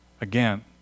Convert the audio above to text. again